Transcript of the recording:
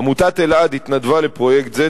עמותת אלע"ד התנדבה לפרויקט זה,